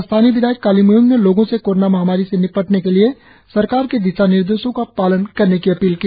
स्थानीय विधायक कालिंग मोयोंग ने लोगो से कोरोना महामारी से निपटने के लिए सरकार के दिशानिर्देशों का पालन करने की अपील की